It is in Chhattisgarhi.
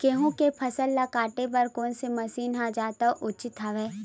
गेहूं के फसल ल काटे बर कोन से मशीन ह जादा उचित हवय?